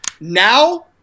Now